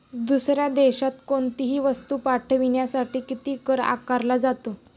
दुसऱ्या देशात कोणीतही वस्तू पाठविण्यासाठी किती कर आकारला जातो?